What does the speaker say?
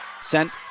Sent